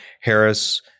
Harris